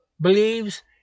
believes